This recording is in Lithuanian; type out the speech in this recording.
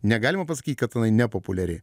negalima pasakyt kad jinai nepopuliari